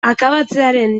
akabatzearen